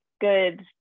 good